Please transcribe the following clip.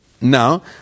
now